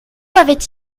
avait